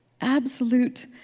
absolute